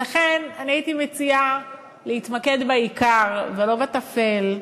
ולכן אני הייתי מציעה להתמקד בעיקר ולא בטפל.